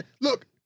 Look